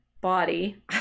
body